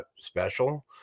special